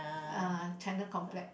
uh China complex